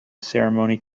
ceremony